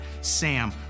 Sam